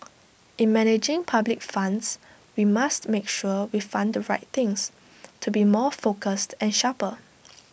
in managing public funds we must make sure we fund the right things to be more focused and sharper